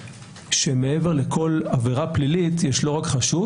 שמעבר לכל עבירה פלילית יש לא רק חשוד,